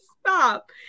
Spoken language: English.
stop